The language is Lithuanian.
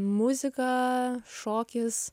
muzika šokis